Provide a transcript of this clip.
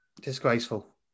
Disgraceful